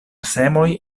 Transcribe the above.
semoj